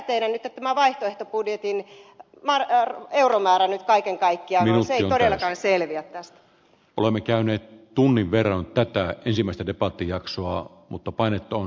mikä tämä teidän vaihtoehtobudjettinne euromäärä nyt kaiken kaikkiaan useilla on selviä tästä olemme käyneet tunnin verran täyttää ensimmäistä debatti jaksoa mutta painetta on